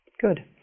Good